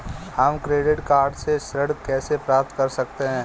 हम credit card से ऋण कैसे प्राप्त कर सकते हैं?